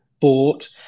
bought